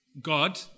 God